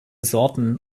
sorten